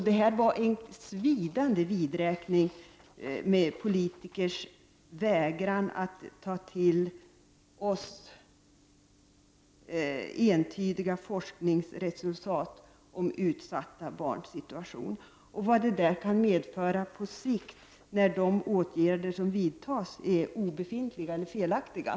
Det var en svidande vidräkning med politikers vägran att ta till sig entydiga forskningsresultat om utsatta barns situation och när det gäller vad resultaten kan bli på sikt av att de åtgärder som vidtas är obefintliga eller felaktiga.